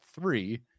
three